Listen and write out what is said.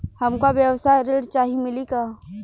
हमका व्यवसाय ऋण चाही मिली का?